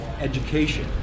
education